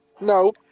No